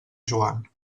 joan